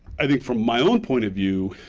i think from my own point of view,